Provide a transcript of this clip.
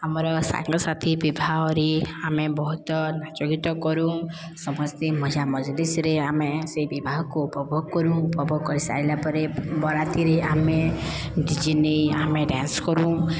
ଆମର ସାଙ୍ଗସାଥି ବିବାହରେ ଆମେ ବହୁତ ନାଚ ଗୀତ କରୁଁ ସମସ୍ତେ ମଜା ମଜଲିସ୍ରେ ଆମେ ସେଇ ବିବାହକୁ ଉପଭୋଗ କରୁଁ ଉପଭୋଗ କରିସାରିଲା ପରେ ବରାତିରେ ଆମେ ଡିଜେ ନେଇ ଆମେ ଡ୍ୟାନ୍ସ କରୁଁ